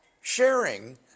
sharing